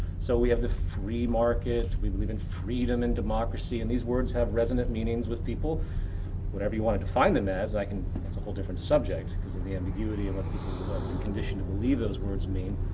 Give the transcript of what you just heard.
so we have the free market. we live in freedom and democracy and these words have resonant meanings with people whatever you want to define them as. like and it's a whole different subject because of the ambiguity but people have been conditioned to believe those words mean.